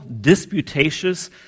disputatious